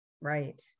right